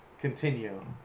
continue